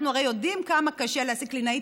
אנחנו הכי יודעים כמה קשה להשיג קלינאי